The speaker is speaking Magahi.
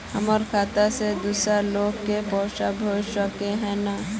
हमर खाता से दूसरा लोग के पैसा भेज सके है ने?